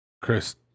Chris